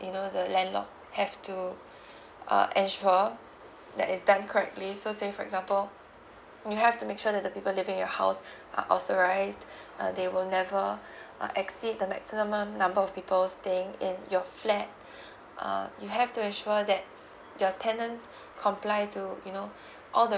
you know the landlord have to uh ensure that it's done correctly so say for example you have to make sure that the people living in your house are authorised uh they will never uh exceed the maximum number of people staying in your flat uh you have to ensure that your tenants comply to you know all the